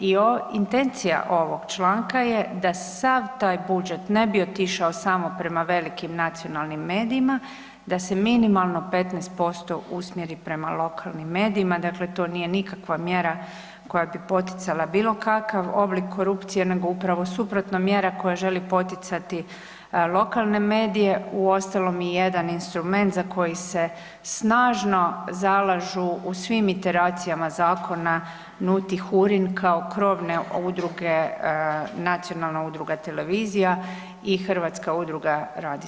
I intencija ovog članka je da sav taj budžet ne bi otišao samo prema velikim nacionalnim medijima, da se minimalno 15% usmjeri prema lokalnim medijima, dakle to nije nikakva mjera koja bi poticala bilo kakav oblik korupcije nego upravo suprotna mjera koja želi poticati lokalne medije, uostalom i jedan instrument za koji se snažno zalažu u svim iteracijama zakona … [[Govornica se ne razumije.]] kao krovne udruge Nacionalna udruga televizija i Hrvatska udruga radijskih nakladnika.